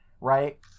right